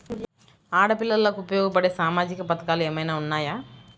ఆడపిల్లలకు ఉపయోగపడే సామాజిక పథకాలు ఏమైనా ఉన్నాయా?